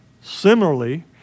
Similarly